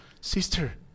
sister